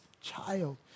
child